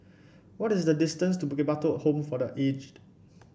what is the distance to Bukit Batok Home for The Aged